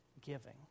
giving